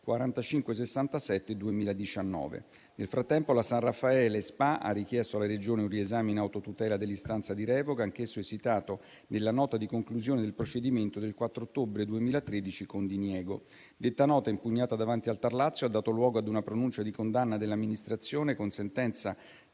4567 del 2019. Nel frattempo la San Raffaele SpA ha richiesto alla Regione il riesame in autotutela dell'istanza di revoca, anch'esso esitato nella nota di conclusione del procedimento del 4 ottobre 2013 con diniego. Detta nota, impugnata davanti al TAR Lazio, ha dato luogo ad una pronuncia di condanna dell'amministrazione con sentenza